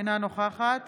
אינה נוכחת